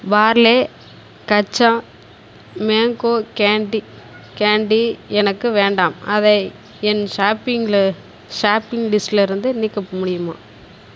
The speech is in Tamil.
Parle Kaccha mango candy candy எனக்கு வேண்டாம் அதை என் ஷாப்பிங்கில ஷாப்பிங் லிஸ்டில இருந்து நீக்க முடியுமா